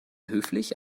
höflich